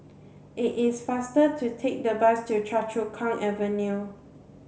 it is faster to take the bus to Choa Chu Kang Avenue